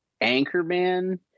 Anchorman